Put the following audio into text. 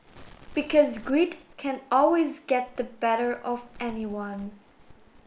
because greed can always get the better of anyone